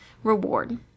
reward